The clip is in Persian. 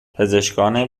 پزشکان